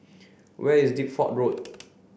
where is Deptford Road